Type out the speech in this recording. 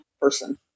person